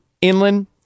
inland